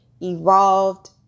evolved